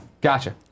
Gotcha